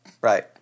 Right